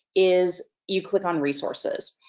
is you click on resources.